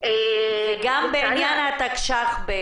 ובמיוחד בעניין התקש"ח.